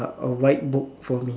a white book for me